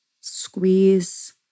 squeeze